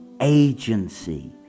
agency